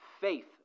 faith